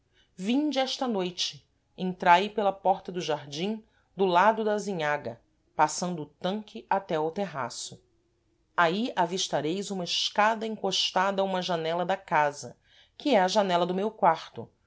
vinde esta noite entrai pela porta do jardim do lado da azinhaga passando o tanque até ao terraço aí avistareis uma escada encostada a uma janela da casa que é a janela do meu quarto